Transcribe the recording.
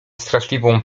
straszliwą